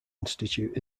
institute